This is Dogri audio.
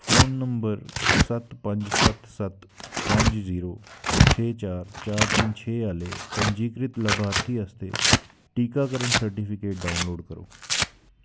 फोन नंबर सत्त पंज सत्त सत्त पंज जीरो छे चार चार तिन्न छे आह्ले पंजीकृत लाभार्थी आस्तै टीकाकरण सर्टिफिकेट डाउनलोड करो